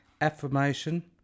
affirmation